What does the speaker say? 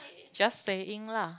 just saying lah